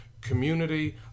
community